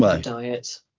diet